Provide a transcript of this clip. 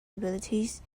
abilities